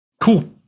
cool